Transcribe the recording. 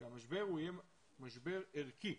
שהמשבר יהיה משבר ערכי,